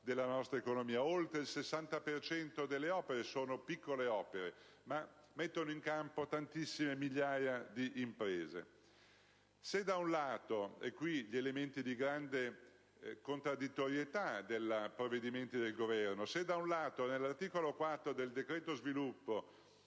della nostra economia: oltre il 60 per cento delle opere sono piccole opere, ma mettono in campo tantissime migliaia di imprese. Se da un lato - e questo è un elemento di grande contraddittorietà dei provvedimenti del Governo - nell'articolo 4 del cosiddetto decreto sviluppo